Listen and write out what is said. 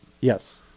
Yes